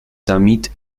damit